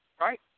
Right